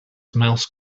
mouse